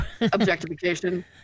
Objectification